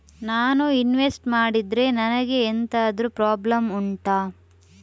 ನಾನು ಇನ್ವೆಸ್ಟ್ ಮಾಡಿದ್ರೆ ನನಗೆ ಎಂತಾದ್ರು ಪ್ರಾಬ್ಲಮ್ ಉಂಟಾ